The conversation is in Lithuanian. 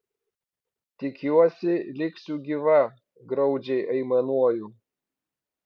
tikiuosi liksiu gyva graudžiai aimanuoju